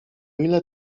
ile